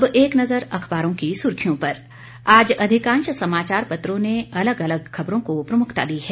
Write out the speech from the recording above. अब एक नजर अखबारों की सुर्खियों पर आज अधिकांश समाचार पत्रों ने अलग अलग खबरों को प्रमुखता दी है